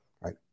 right